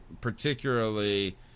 particularly